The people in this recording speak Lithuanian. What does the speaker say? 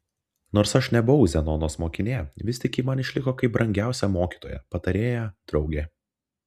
nors aš nebuvau zenonos mokinė vis tik ji man išliko kaip brangiausia mokytoja patarėja draugė